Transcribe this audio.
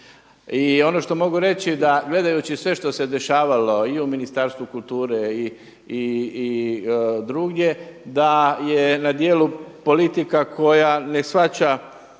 I ono što mogu reći da gledajući sve što se dešavalo i u Ministarstvu kulture i drugdje da je na djelu politika koja ne shvaća